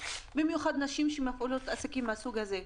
במיוחד נשים שמפעילות עסקים מהסוג הזה.